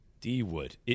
D-Wood